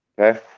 okay